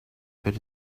bet